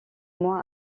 moins